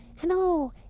Hello